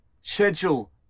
Schedule